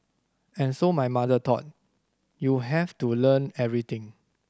and so my mother thought you have to learn everything